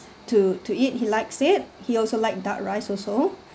to to eat he likes it he also like duck rice also